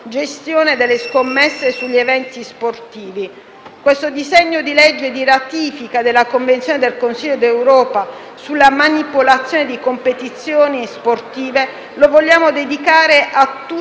gestione delle scommesse sugli eventi sportivi. Questo disegno di legge di ratifica della Convenzione del Consiglio d'Europa sulla manipolazione di competizioni sportive vogliamo dedicarlo a tutte